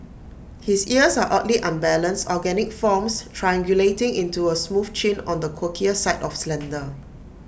his ears are oddly unbalanced organic forms triangulating into A smooth chin on the quirkier side of slender